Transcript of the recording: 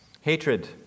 Hatred